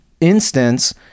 instance